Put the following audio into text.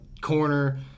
corner